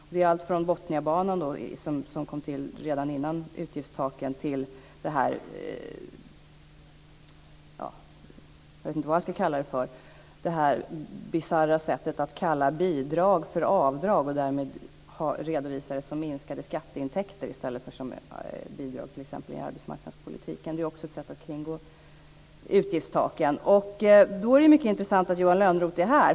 Det gäller allt från Botniabanan, som kom till redan innan utgiftstaken fastställdes, till det bisarra sättet att kalla bidrag för avdrag och därmed redovisa minskade skatteintäkter i stället för bidrag i t.ex. arbetsmarknadspolitiken. Det är också ett sätt att kringgå utgiftstaken. Då är det mycket intressant att Johan Lönnroth är här.